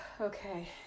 okay